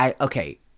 Okay